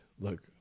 Look